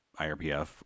IRPF